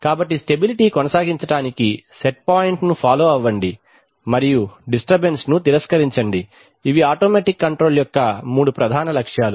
కాబట్టి స్టెబిలిటీ కొనసాగించ డానికి సెట్ పాయింట్ను ఫాలో అవండి మరియు డిస్టర్బెన్స్ తిరస్కరించండి ఇవి ఆటోమేటిక్ కంట్రోల్ యొక్క మూడు ప్రధాన లక్ష్యాలు